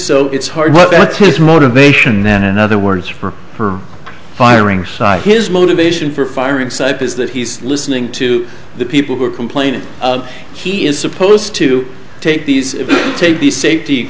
so it's hard but that's his motivation then another words for her firing side his motivation for firing sipe is that he's listening to the people who are complaining he is supposed to take these take the safety